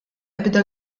ebda